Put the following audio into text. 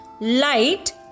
light